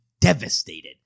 devastated